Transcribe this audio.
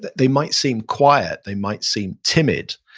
they might seem quiet, they might seem timid,